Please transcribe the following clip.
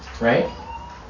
right